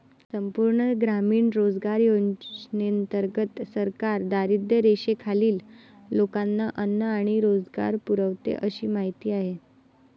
संपूर्ण ग्रामीण रोजगार योजनेंतर्गत सरकार दारिद्र्यरेषेखालील लोकांना अन्न आणि रोजगार पुरवते अशी माहिती आहे